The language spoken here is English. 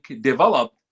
develop